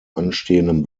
anstehenden